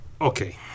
okay